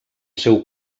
seu